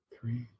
three